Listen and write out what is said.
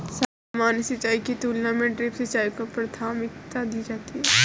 सामान्य सिंचाई की तुलना में ड्रिप सिंचाई को प्राथमिकता दी जाती है